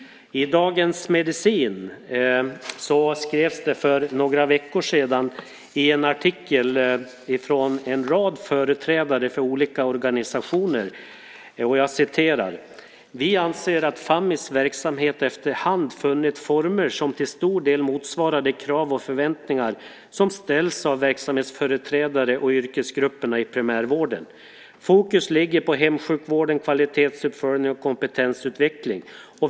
I Dagens Medicin skrevs för några veckor sedan i en artikel från en rad företrädare för olika organisationer: Vi anser att Fammis verksamhet efterhand funnit former som till stor del motsvarar de krav och förväntningar som ställs av verksamhetsföreträdare och yrkesgrupperna i primärvården. Fokus ligger på hemsjukvården, kvalitetsuppföljning och kompetensutveckling.